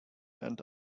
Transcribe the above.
and